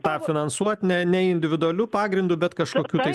tą finansuoti ne ne individualiu pagrindu bet kažkokiu tai